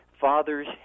fathers